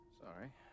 Sorry